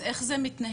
אז איך זה מתנהל?